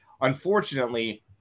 unfortunately